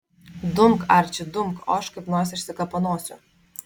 dumk arči dumk o aš kaip nors išsikapanosiu